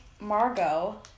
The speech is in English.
Margot